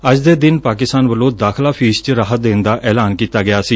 ਅੱਜ ਦੇ ਦਿਨ ਪਾਕਿਸਤਾਨ ਵੱਲੋਂ ਦਾਖਲਾ ਫੀਸ ਚ ਰਾਹਤ ਦੇਣ ਦਾ ਐਲਾਨ ਕੀਤਾ ਗਿਆ ਸੀ